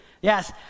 Yes